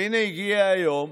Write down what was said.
והינה הגיע היום,